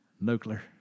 nuclear